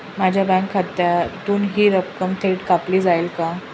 माझ्या बँक खात्यातून हि रक्कम थेट कापली जाईल का?